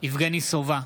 יבגני סובה,